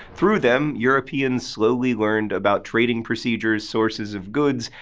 through them, europeans slowly learned about trading procedures, sources of goods,